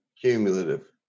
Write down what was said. Cumulative